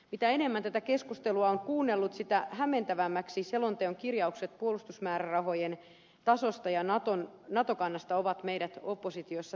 mitä enemmän tätä keskustelua on kuunnellut sitä hämmentyneemmiksi selonteon kirjaukset puolustusmäärärahojen tasosta ja nato kannasta ovat meidät oppositiossa tehneet